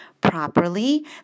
properly